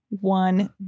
one